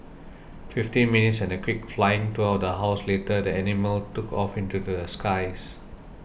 fifteen minutes and a quick flying tour of the house later the animal took off into the skies